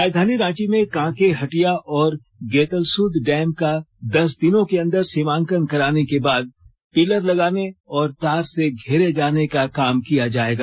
राजधानी रांची में कांके हटिया और गेटलसूद डैम का दस दिनों के अंदर सीमांकन कराने के बाद पिल्लर लगाने और तार से घेरे जाने का काम किया जाएगा